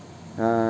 uh